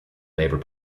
labour